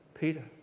Peter